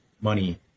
money